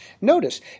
Notice